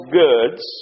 goods